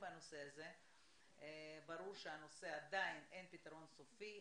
בנושא הזה ברור שעדיין אין פתרון סופי.